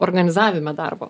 organizavime darbo